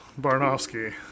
Barnowski